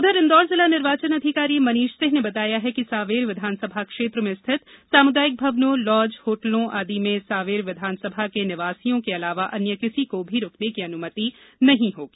उधर इंदौर जिला निर्वाचन अधिकारी मनीष सिंह ने बताया कि सांवेर विधानसभा क्षेत्र में स्थित सामुदायिक भवनों लॉज होटलों आदि में सांवेर विधानसभा के निवासियों के अलावा अन्य किसी को भी रुकने की अनुमति नहीं रहेगी